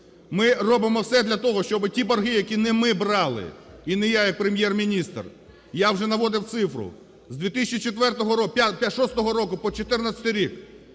Ми робимо все для того, щоб ті борги, які не ми брали, і не я як Прем'єр-міністр. Я вже наводив цифру, з 2004… 2006 року по 2014 рік